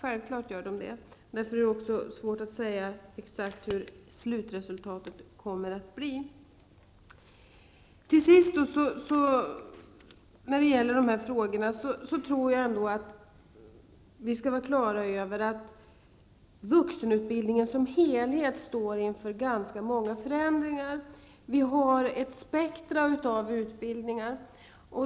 Därför är det svårt att säga exakt hur slutresultatet kommer att se ut. Vi skall vara på det klara med att vuxenutbildningen som helhet står inför ganska många förändringar. Det finns ett spektrum av utbildningar.